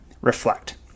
reflect